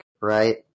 right